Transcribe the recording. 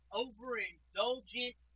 overindulgent